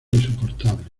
insoportable